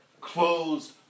closed